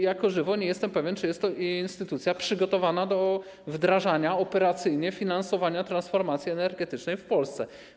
Jako żywo nie jestem pewien, czy jest to instytucja przygotowana do wdrażania operacyjnie finansowania transformacji energetycznej w Polsce.